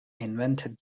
invented